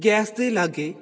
gas ਦੇ ਲਾਗੇ